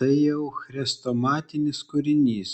tai jau chrestomatinis kūrinys